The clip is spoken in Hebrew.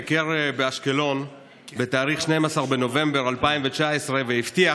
ביקר באשקלון בתאריך 12 בנובמבר 2019 והבטיח